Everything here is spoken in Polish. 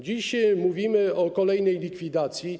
Dziś mówimy o kolejnej likwidacji.